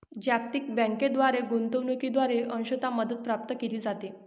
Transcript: जागतिक बँकेद्वारे गुंतवणूकीद्वारे अंशतः मदत प्राप्त केली जाते